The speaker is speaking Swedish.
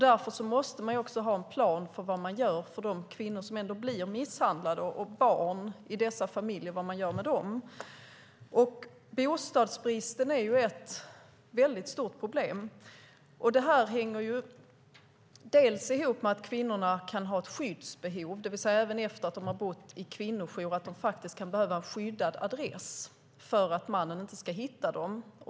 Därför måste det finnas en plan för vad man gör för de kvinnor som ändå blir misshandlade och vad man gör med barn i dessa familjer. Bostadsbristen är ett stort problem. Det hänger delvis ihop med att kvinnorna kan ha ett skyddsbehov, det vill säga att de även efter det att de har bott på en kvinnojour kan behöva ha en skyddad adress för att mannen inte ska hitta dem.